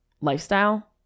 lifestyle